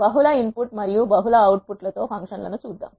బహుళ input మరియు బహుళ అవుట్పుట్ తో ఫంక్షన్ లను చూద్దాం